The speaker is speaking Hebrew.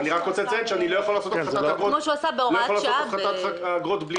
אני רוצה לציין שאני לא יכול לעשות הפחתת אגרות בלי